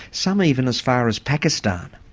some even as far as pakistan.